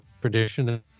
tradition